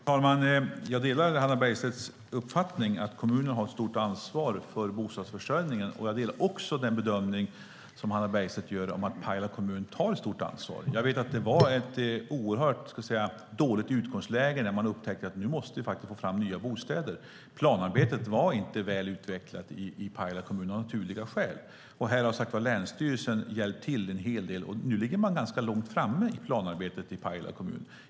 Fru talman! Jag delar Hannah Bergstedts uppfattning att kommunerna har ett stort ansvar för bostadsförsörjningen. Jag delar också Hannah Bergstedts uppfattning att Pajala kommun tar ett stort ansvar. Man hade ett dåligt utgångsläge när man upptäckte att man måste få fram nya bostäder. Planarbetet var av naturliga skäl inte väl utvecklat i Pajala kommun. Här har som sagt länsstyrelsen hjälpt till en hel del, och nu ligger man ganska långt fram i planarbetet i Pajala kommun.